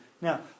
Now